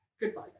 Goodbye